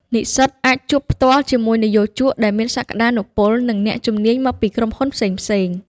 និស្សិតអាចជួបផ្ទាល់ជាមួយនិយោជកដែលមានសក្តានុពល និងអ្នកជំនាញមកពីក្រុមហ៊ុនផ្សេងៗ។